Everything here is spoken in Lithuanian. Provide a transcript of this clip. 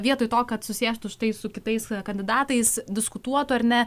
vietoj to kad susėstų štai su kitais kandidatais diskutuotų ar ne